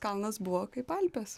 kalnas buvo kaip alpės